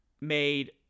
made